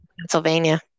Pennsylvania